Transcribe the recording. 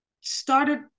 started